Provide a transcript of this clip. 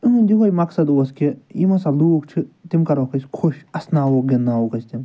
یِہُنٛد یِہوٚے مقصد اوس کہِ یِم ہسا لوٗکھ چھِ تِم کَروکھ أسۍ خوش اَسناووکھ گِنٛدناووکھ أسۍ تِم